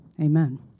amen